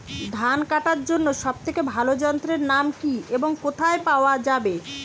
ধান কাটার জন্য সব থেকে ভালো যন্ত্রের নাম কি এবং কোথায় পাওয়া যাবে?